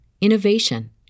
innovation